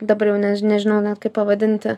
dabar jau než nežinau net kaip pavadinti